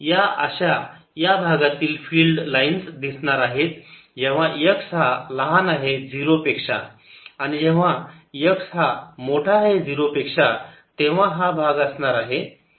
या अशा या भागातील फिल्ड लाइन्स दिसणार आहेत जेव्हा x हा लहान आहे 0 पेक्षा आणि जेव्हा x मोठा आहे 0 पेक्षा तेव्हा हा भाग असणार आहे